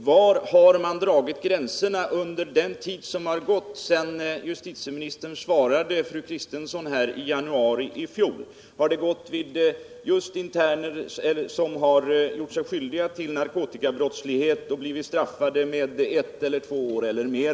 Var har man dragit gränserna under den tid som gått sedan justitieministern svarade fru Kristensson här i januari i fjol? Har gränsen gått vid just interner som har gjort sig skyldiga till narkotikabrottslighet och blivit straffade med fängelse i ett eller två år eller mer?